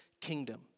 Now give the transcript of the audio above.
kingdom